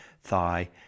thigh